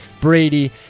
Brady